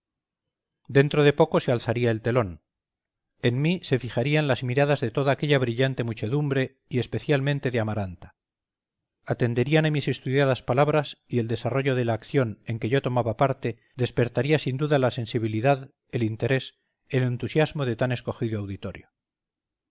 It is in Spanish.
dentro de poco se alzaría el telón en mí se fijarían las miradas de toda aquella brillante muchedumbre y especialmente de amaranta atenderían a mis estudiadas palabras y el desarrollo de la acción en que yo tomaba parte despertaría sin duda la sensibilidad el interés el entusiasmo de tan escogido auditorio